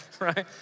right